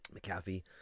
McAfee